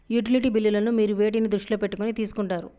Utility బిల్లులను మీరు వేటిని దృష్టిలో పెట్టుకొని తీసుకుంటారు?